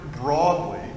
broadly